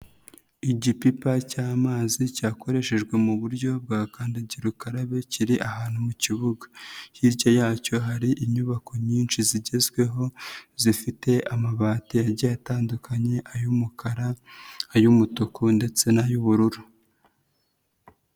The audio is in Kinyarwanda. Igipipa cy'amazi cyakoreshejwe mu buryo bwa kandagira ukarabe kiri ahantu mu kibuga, hirya yacyo hari inyubako nyinshi zigezweho zifite amabati agiye atandukanye ay'umukara, ay'umutuku ndetse n'ay'ubururu.